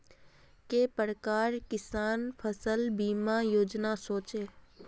के प्रकार किसान फसल बीमा योजना सोचें?